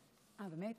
בבקשה,